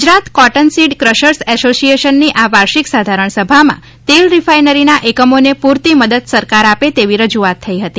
Gujarat cottonseed crushers એસોસિયેશનની આ વાર્ષિક સાધારણ સભામાં તેલ રીફાઇનરીના એકમોને પુરતી મદદ સરકાર આપે તેવી રજૂઆત થઇ હતી